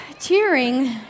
cheering